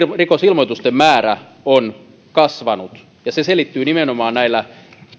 viharikosilmoitusten määrä on kasvanut se selittyy nimenomaan näillä